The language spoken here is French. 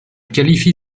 qualifie